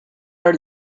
her